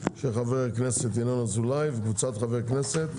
של חבר הכנסת ינון אזולאי וקבוצת חברי כנסת.